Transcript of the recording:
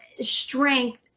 strength